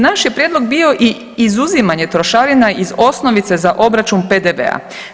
Naš je prijedlog bio i izuzimanje trošarina iz osnovice za obračun PDV-a.